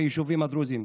ביישובים הדרוזיים.